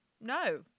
no